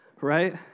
right